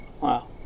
Wow